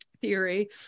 theory